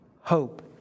hope